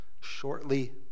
Shortly